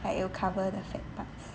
like it'll cover the fat part